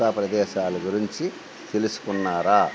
కొత్త ప్రదేశాల గురించి తెలుసుకున్నారా